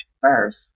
first